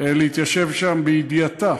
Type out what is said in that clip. להתיישב שם בידיעתה,